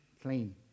clean